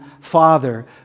father